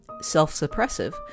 self-suppressive